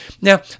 Now